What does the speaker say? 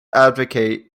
advocate